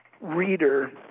reader